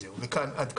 זהו עד כאן.